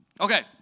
Okay